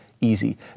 Easy